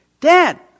Dad